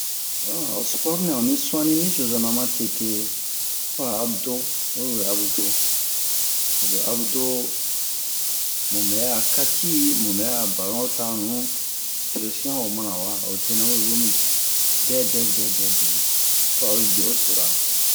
ho sport nɛ onni suwani nicozo-na matete ho a abdo we wee abdo paseke abdo mu bɛ a catch mu bɛ a balontannu pression wo mana owa tena dɛdɛ dɛdɛ fa oyi ju o sura